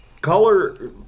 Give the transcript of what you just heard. color